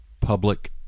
public